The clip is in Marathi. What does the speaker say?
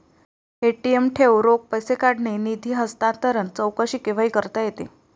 ए.टी.एम ठेव, रोख पैसे काढणे, निधी हस्तांतरण, चौकशी केव्हाही करता येते